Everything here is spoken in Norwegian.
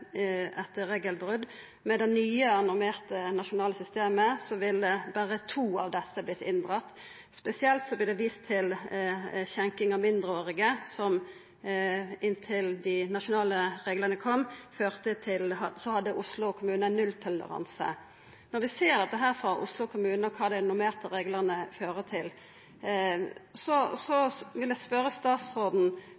regelbrot. Med det nye normerte nasjonale systemet ville berre to av desse vorte inndratte. Spesielt vert det vist til skjenking av mindreårige, der Oslo kommune hadde nulltoleranse inntil dei nasjonale reglane kom. Når vi ser på Oslo kommune og kva dei normerte reglane fører til, vil eg spørja statsråden: Forstår ikkje statsråden at Oslo kommune no søkjer om dispensasjon til